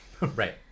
Right